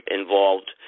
involved